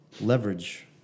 leverage